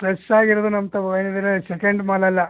ಪ್ರೆಶ್ಶಾಗಿರೋದು ನಮ್ಮ ತಾವ ಏನಂದರೆ ಸೆಕೆಂಡ್ ಮಾಲಲ್ಲ